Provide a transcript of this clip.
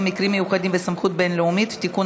(מקרים מיוחדים וסמכות בין-לאומית) (תיקון,